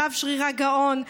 הרב שרירא גאון.